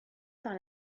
par